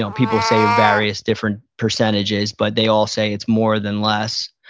um people say various different percentages, but they all say it's more than less,